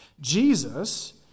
Jesus